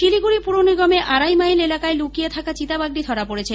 শিলিগুড়ি পুরনিগমের আড়াই মাইল এলাকায় লুকিয়ে থাকা চিতাবাঘটি ধরা পড়েছে